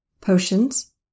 potions